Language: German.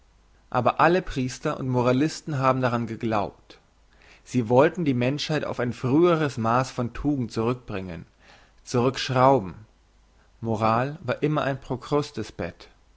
aber alle priester und moralisten haben daran geglaubt sie wollten die menschheit auf ein früheres maass von tugend zurückbringen zurückschrauben moral war immer ein